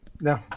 no